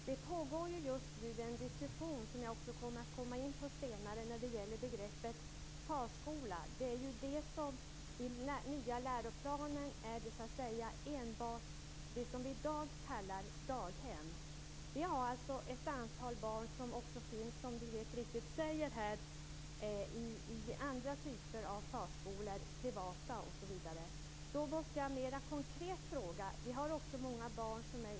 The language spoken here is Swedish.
Fru talman! Dessa frågor får naturligtvis diskuteras. Vi har inte talat om ett tvång att sätta barn i denna pedagogiskt inriktade avgiftsfria förskola men en rätt för alla barn att bli placerade där. Om man väljer att inte låta barnen gå i denna förskola har man rätt till det då barnen är så små som tre-fyra år.